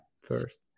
first